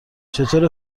چطوره